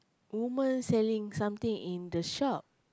woman selling something in the shop